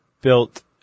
built